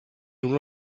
uno